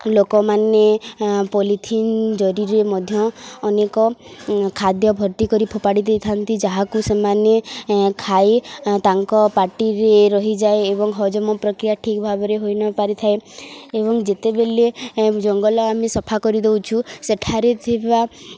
ଲୋକମାନେ ପଲିଥିନ ଜରିରେ ମଧ୍ୟ ଅନେକ ଖାଦ୍ୟ ଭର୍ତ୍ତି କରି ଫୋପାଡ଼ି ଦେଇଥାନ୍ତି ଯାହାକୁ ସେମାନେ ଖାଇ ତାଙ୍କ ପାଟିରେ ରହିଯାଏ ଏବଂ ହଜମ ପ୍ରକ୍ରିୟା ଠିକ୍ ଭାବରେ ହୋଇ ନ ପାରି ଥାଏ ଏବଂ ଯେତେବେଳେ ଜଙ୍ଗଲ ଆମେ ସଫା କରିଦଉଛୁ ସେଠାରେ ଥିବା